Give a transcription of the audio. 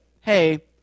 hey